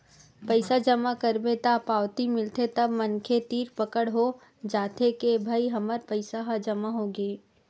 पइसा जमा करबे त पावती मिलथे तब मनखे तीर पकड़ हो जाथे के भई हमर पइसा ह जमा होगे